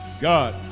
God